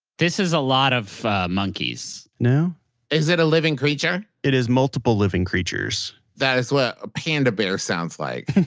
this is a lot of monkeys no is it a living creature? it is multiple living creatures that is what a panda bear sounds like.